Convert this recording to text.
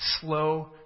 slow